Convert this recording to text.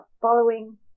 following